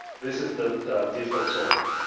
this is the the default sorting.